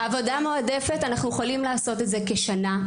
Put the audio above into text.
עבודה מועדפת אנחנו יכולים לעשות את זה כשנה,